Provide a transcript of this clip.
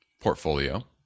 portfolio